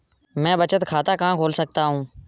मैं बचत खाता कहाँ खोल सकता हूँ?